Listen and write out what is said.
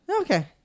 Okay